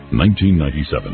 1997